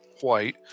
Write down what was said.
white